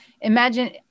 Imagine